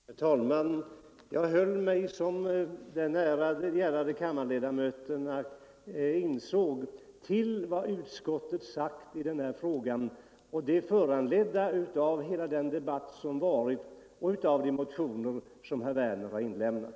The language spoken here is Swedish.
Herr talman! Jag höll mig, som de ärade kammarledamöterna hörde, till vad utskottet sagt i den här frågan, och det har föranletts av den offentliga debatt som förts och av de motioner som herr Werner har inlämnat.